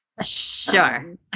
sure